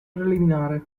preliminare